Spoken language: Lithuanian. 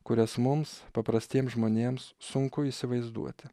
kurias mums paprastiems žmonėms sunku įsivaizduoti